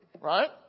right